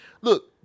Look